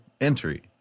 entry